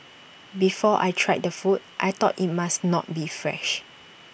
before I tried the food I thought IT must not be fresh